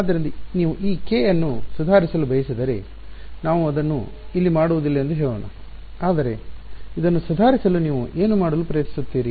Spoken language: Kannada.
ಆದ್ದರಿಂದ ನೀವು ಈ k ಅನ್ನು ಸುಧಾರಿಸಲು ಬಯಸಿದರೆ ನಾವು ಅದನ್ನು ಇಲ್ಲಿ ಮಾಡುವುದಿಲ್ಲ ಎಂದು ಹೇಳೋಣ ಆದರೆ ಇದನ್ನು ಸುಧಾರಿಸಲು ನೀವು ಏನು ಮಾಡಲು ಪ್ರಯತ್ನಿಸುತ್ತೀರಿ